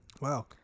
Wow